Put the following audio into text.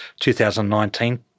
2019